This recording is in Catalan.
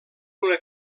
una